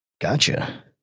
Gotcha